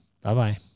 bye-bye